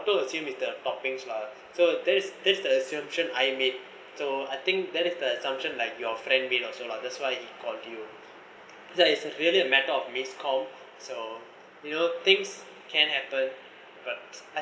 auto assume it's the toppings lah so there's this the assumption I made so I think that is the assumption like your friend made also lah that's why you ordeal that isn't really a matter of miscom so you know things can happen but